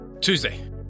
Tuesday